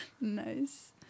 Nice